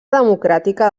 democràtica